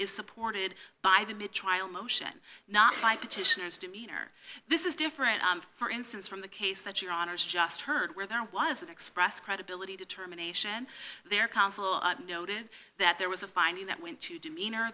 is supported by the mit trial motion not by petitioners demeanor this is different for instance from the case that your honour's just heard where there was that express credibility determination their counsel noted that there was a finding that went to demeanor